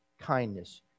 kindness